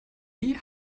die